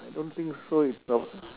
I don't think so it's a